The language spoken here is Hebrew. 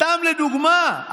סתם לדוגמה,